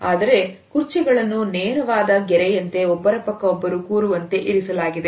ಆದರೆ ಕುರ್ಚಿಗಳನ್ನು ನೇರವಾದ ಗೆರೆಯಂತೆ ಒಬ್ಬರ ಪಕ್ಕ ಒಬ್ಬರು ಕೂರುವಂತೆ ಇರಿಸಲಾಗಿದೆ